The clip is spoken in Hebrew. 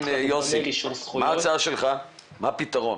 מה הפתרון?